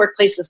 workplaces